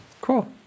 Cool